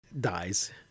dies